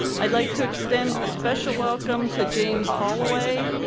i'd like to extend a special welcome to james holloway,